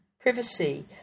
privacy